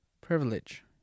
privilege